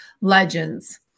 legends